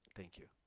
thank you.